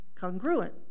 congruent